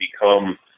become